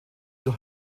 zur